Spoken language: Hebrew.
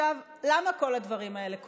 למה כל הדברים האלה קורים?